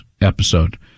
episode